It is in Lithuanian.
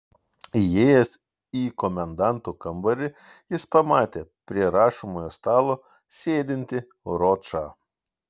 įėjęs į komendanto kambarį jis pamatė prie rašomojo stalo sėdintį ročą